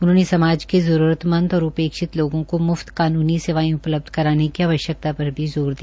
उन्होंने समाज के जरूरतमंद और उपेक्षित लोगों को म्फ्त कानूनी सेवायें उपलब्ध कराने की आवश्यकता पर भी ज़ोर दिया